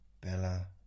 Bella